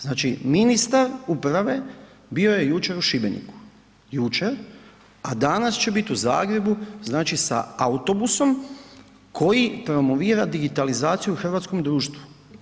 Znači, ministar uprave bio je jučer u Šibeniku, jučer, a danas će bit u Zagrebu, znači sa autobusom koji promovira digitalizaciju u hrvatskom društvu.